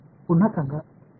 முடிந்தவரை பெரியது